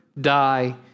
die